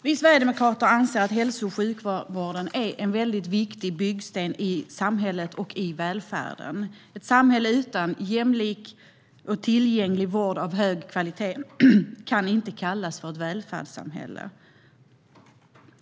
Vi sverigedemokrater anser att hälso och sjukvården är en väldigt viktig byggsten i samhället och välfärden. Ett samhälle utan jämlik och tillgänglig vård av hög kvalitet kan inte kallas för ett välfärdssamhälle.